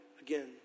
again